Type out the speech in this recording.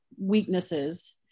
weaknesses